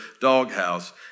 doghouse